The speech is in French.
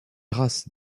races